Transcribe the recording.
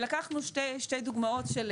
לקחנו שתי דוגמאות של